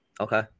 Okay